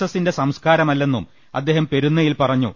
എസിന്റെ സംസ്കാരമല്ലെന്നും അദ്ദേഹം പെരുന്നയിൽ പറഞ്ഞു